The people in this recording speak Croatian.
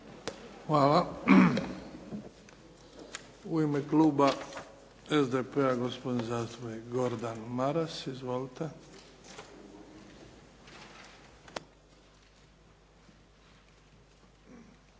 Hvala. U ime kluba SDP-a gospodin zastupnik Gordan Maras. Izvolite. **Maras,